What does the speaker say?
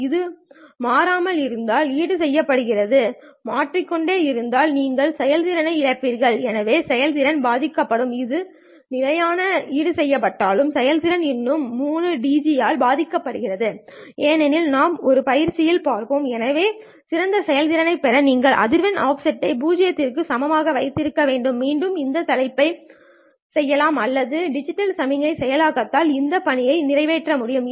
இது மாறாமல் இருந்தால் ஈடுசெய்யப்படுகிறது மாறிக் கொண்டே இருந்தால் நீங்கள் செயல்திறனை இழப்பீர்கள் எனவே செயல்திறன் பாதிக்கப்படும் இது நிலையாக ஈடுசெய்யபட்டாலும் செயல்திறன் இன்னும் 3dB யால் பாதிக்கப்படுகிறது ஏனெனில் நாம் ஒரு பயிற்சியில் பார்ப்போம் எனவே சிறந்த செயல்திறனைப் பெற நீங்கள் அதிர்வெண் ஆஃப்செட்டை பூஜ்ஜியத்திற்கு சமமாக வைத்திருக்க வேண்டும் மீண்டும் இந்த தலைப்பையும் செய்யலாம் அல்லது டிஜிட்டல் சமிக்ஞை செயலாக்கத்தால் இந்த பணியை நிறைவேற்ற முடியும்